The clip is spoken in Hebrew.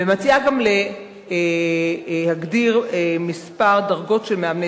ומציעה גם להגדיר כמה דרגות של מאמני